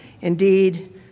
Indeed